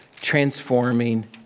transforming